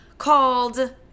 called